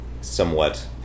somewhat